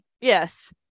Yes